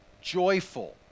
joyful